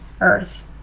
earth